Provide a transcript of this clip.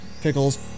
Pickles